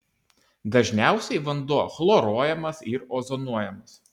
dažniausiai vanduo chloruojamas ir ozonuojamas